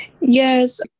Yes